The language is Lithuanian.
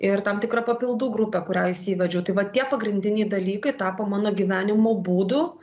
ir tam tikrą papildų grupę kurią įsivedžiau tai va tie pagrindiniai dalykai tapo mano gyvenimo būdu